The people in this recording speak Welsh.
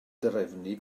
drefnu